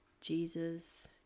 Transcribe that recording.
Jesus